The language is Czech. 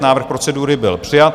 Návrh procedury byl přijat.